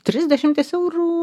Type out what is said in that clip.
trisdešimties eurų